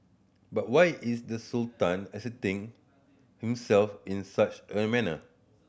but why is the Sultan asserting himself in such a manner